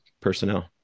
personnel